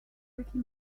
ricky